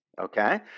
okay